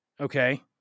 Okay